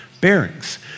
bearings